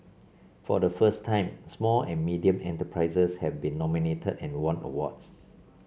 for the first time small and medium enterprises have been nominated and won awards